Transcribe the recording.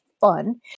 fun